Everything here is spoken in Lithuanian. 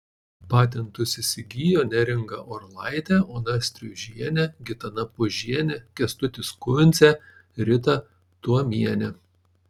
patentus įsigijo neringa orlaitė ona striužienė gitana pužienė kęstutis kuncė rita tuomienė